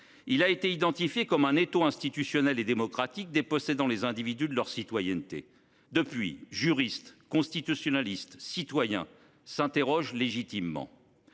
a été identifié comme un étau institutionnel et démocratique, dépossédant les individus de leur citoyenneté. Depuis, juristes, constitutionnalistes, citoyens, s’interrogent légitimement.